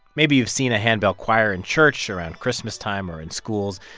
maybe you've seen a handbell choir in church around christmas time or in schools.